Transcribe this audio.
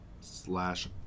slash